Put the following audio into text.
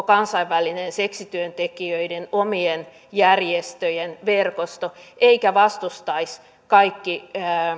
kansainvälinen seksityöntekijöiden omien järjestöjen verkosto eivätkä vastustaisi länsimaissa käytännössä